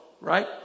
right